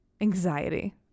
anxiety